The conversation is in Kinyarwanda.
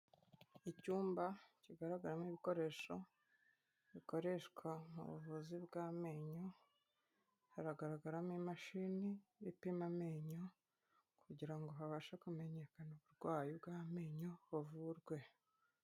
Icyumba kigaragaramo ibikoresho bikoreshwa mu buvuzi bw'amenyo, haragaragaramo imashini ipima amenyo kugira ngo habashe kumenyekana uburwayi bw'amenyo, buvurwe.